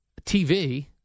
TV